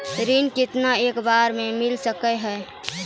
ऋण केतना एक बार मैं मिल सके हेय?